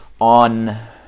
on